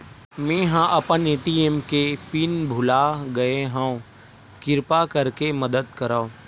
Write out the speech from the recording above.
मेंहा अपन ए.टी.एम के पिन भुला गए हव, किरपा करके मदद करव